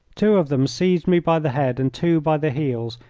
two of them seized me by the head and two by the heels,